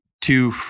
two